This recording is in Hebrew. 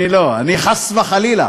לא, אני חס וחלילה.